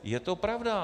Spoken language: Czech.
Je to pravda.